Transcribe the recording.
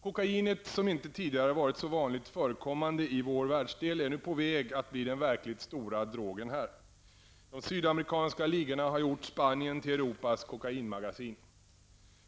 Kokainet, som inte tidigare varit så vanligt förekommande i vår världsdel, är nu på väg att bli den verkligt stora drogen här. De sydamerikanska ligorna har gjort Spanien till Europas kokainmagasin.